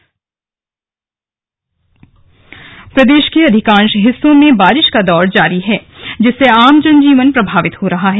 मौसम प्रदेश के अधिकांश हिस्सों में बारिश का दौर जारी है जिससे आम जन जीवन प्रभावित हो रहा है